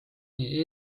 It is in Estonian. nii